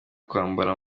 kwambara